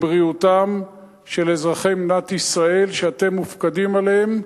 ולבריאותם של אזרחי מדינת ישראל שאתם מופקדים עליהם.